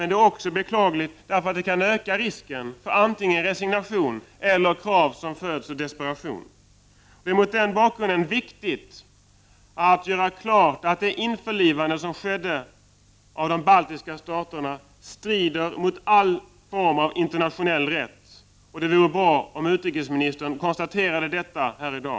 Det är vidare beklagligt därför att det kan öka risken för antingen resignation eller krav som föds ur desperation. 37 Mot den bakgrunden är det viktigt att göra klart att det införlivande som skedde av de baltiska staterna strider mot all form av internationell rätt. Det vore bra om utrikesministern ville konstatera detta här i dag.